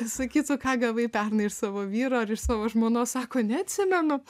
sakytų ką gavai pernai iš savo vyro ar iš savo žmonos sako neatsimenu